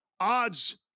odds